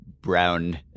brown